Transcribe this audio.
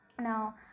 Now